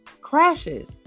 crashes